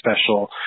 special